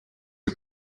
are